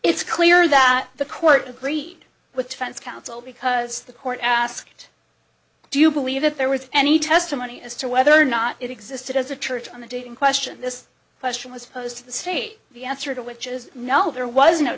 it's clear that the court agreed with defense counsel because the court asked do you believe that there was any testimony as to whether or not it existed as a church on the date in question this question was posed to the state the answer to which is no there was no